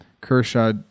Kershaw